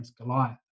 Goliath